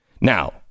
now